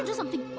and something?